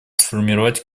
сформировать